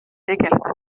tegeleda